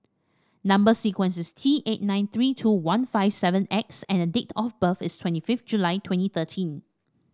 number sequence is T eight nine three two one five seven X and date of birth is twenty fifth July twenty thirteen